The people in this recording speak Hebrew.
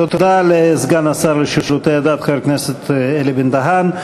תודה לסגן השר לשירותי הדת, חבר הכנסת אלי בן-דהן.